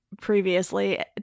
previously